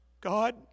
God